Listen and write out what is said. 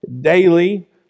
daily